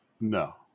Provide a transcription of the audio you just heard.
No